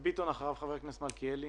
אביגדור, אני